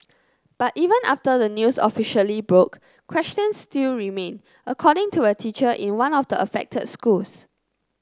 but even after the news officially broke questions still remain according to a teacher in one of the affected schools